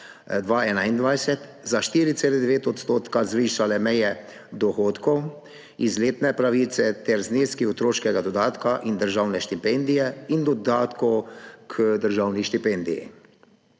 2021 za 4,9 % zvišale meje dohodkov iz letne pravice ter zneski otroškega dodatka in državne štipendije in dodatki k državni štipendiji.